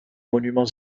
monuments